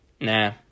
Nah